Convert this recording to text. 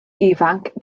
ifanc